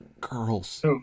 Girls